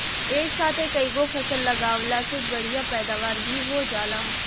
एक साथे कईगो फसल लगावला से बढ़िया पैदावार भी हो जाला